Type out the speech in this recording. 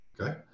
Okay